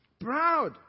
Proud